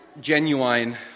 genuine